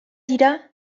dira